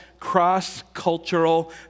cross-cultural